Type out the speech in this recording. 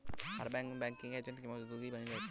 हर bank में banking agent की मौजूदगी बनी रहती है